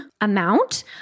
amount